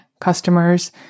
customers